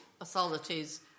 authorities